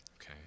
okay